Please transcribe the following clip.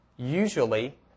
Usually